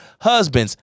Husbands